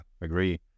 agree